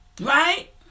Right